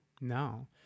no